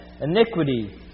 iniquity